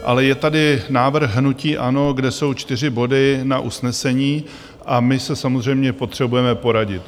Ale je tady návrh hnutí ANO, kde jsou čtyři body na usnesení, a my se samozřejmě potřebujeme poradit.